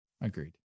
agreed